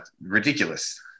ridiculous